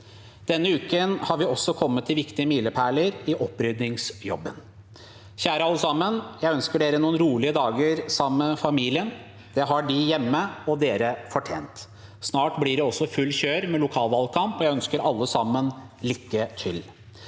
Denne uken har vi også kommet til viktige milepæler i oppryddingsjobben. Kjære alle sammen: Jeg ønsker dere noen rolige dager sammen med familien. Det har de hjemme og dere fortjent. Snart blir det også fullt kjør med lokalvalgkamp, og jeg ønsker alle sammen lykke til.